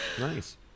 nice